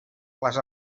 les